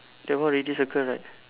that one already circle right